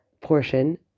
portion